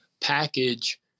package